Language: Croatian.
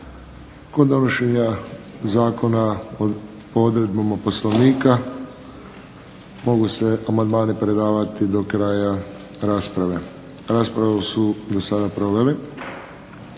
Kod donošenja zakona po odredbama Poslovnika mogu se amandmani predavati do kraja rasprave. Raspravu su do sada proveli